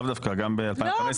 גם ב-2015,